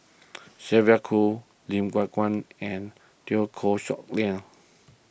Sylvia Kho Lim Yew Kuan and Teo Koh Sock Miang